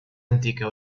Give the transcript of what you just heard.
antica